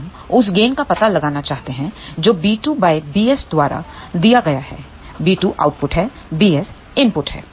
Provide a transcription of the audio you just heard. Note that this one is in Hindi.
हम उस गेन का पता लगाना चाहते हैं जो b2 bs द्वारा दिया गया है b2 आउटपुट है bs इनपुट है